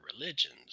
religions